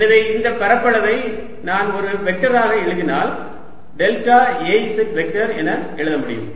எனவே இந்த பரப்பளவை நான் ஒரு வெக்டர் ஆக எழுதினால் டெல்டா Az வெக்டர் என எழுத முடியும்